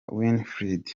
winfred